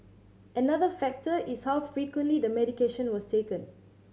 another factor is how frequently the medication was taken